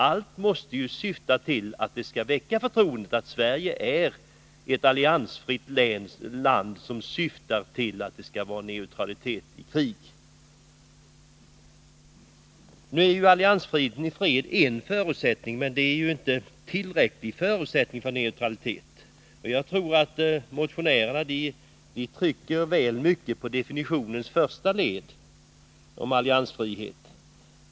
Allt måste ju syfta till att väcka förtroende för vår hållning — att Sverige är ett alliansfritt land som syftar till neutralitet i krig. Nu är ju alliansfriheten i fred en förutsättning — men inte en tillräcklig förutsättning — för neutraliteten. Jag tror att motionärerna trycker väl mycket på definitionens första led, om alliansfrihet.